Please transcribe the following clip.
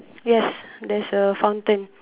yes there's a fountain